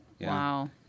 Wow